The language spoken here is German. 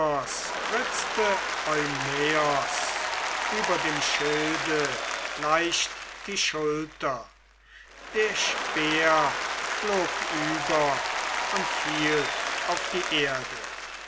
über dem schilde leicht die schulter der speer flog über und fiel auf die erde